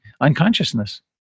unconsciousness